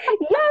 Yes